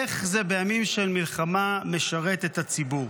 איך בימים של מלחמה זה משרת את הציבור?